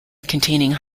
containing